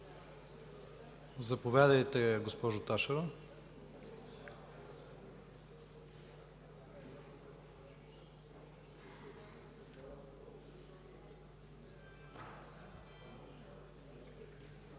заповядайте, госпожо Ташева.